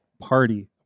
party